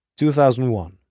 2001